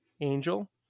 angel